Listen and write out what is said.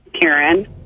Karen